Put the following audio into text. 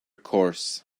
course